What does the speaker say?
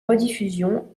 rediffusions